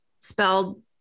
spelled